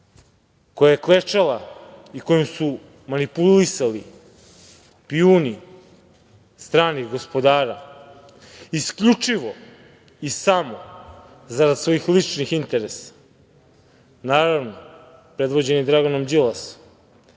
koja je klečala i kojom su manipulisali pioni stranih gospodara isključivo i samo zarad svojih ličnih interesa, naravno predvođeni Draganom Đilasom